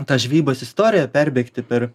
tą žvejybos istoriją perbėgti per